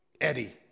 Eddie